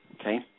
okay